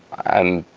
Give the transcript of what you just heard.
i'm